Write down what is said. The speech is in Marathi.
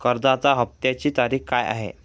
कर्जाचा हफ्त्याची तारीख काय आहे?